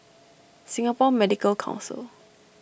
Singapore Medical Council